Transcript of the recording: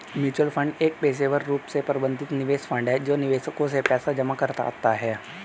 mutual fund एक पेशेवर रूप से प्रबंधित निवेश फंड है जो निवेशकों से पैसा जमा कराता है